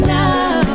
now